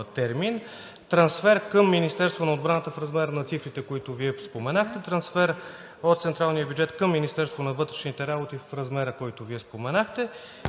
трансфер към Министерството на отбраната в размер на цифрите, които Вие споменахте, трансфер от централния бюджет към Министерството на вътрешните работи в размера, за който Вие споменахте,